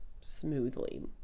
smoothly